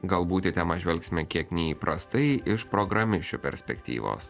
galbūt į temą žvelgsime kiek neįprastai iš programišių perspektyvos